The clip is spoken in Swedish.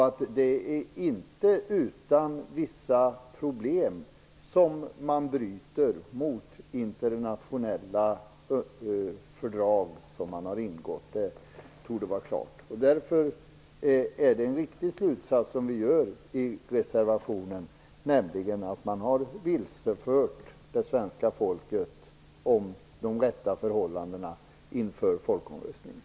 Det är inte utan vissa problem som man bryter mot internationella fördrag som man har ingått. Det torde vara klart. Därför är det en riktig slutsats som vi gör i reservationen, nämligen att man har vilsefört det svenska folket om de rätta förhållandena inför folkomröstningen.